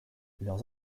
leurs